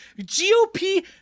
GOP